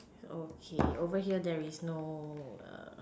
okay over here there is no err